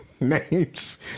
names